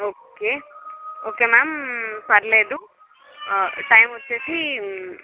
okay okay ma'am పర్లేదు time వచ్చేసి